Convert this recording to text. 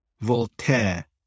Voltaire